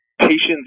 Patients